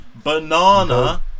Banana